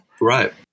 Right